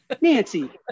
Nancy